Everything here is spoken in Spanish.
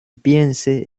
piense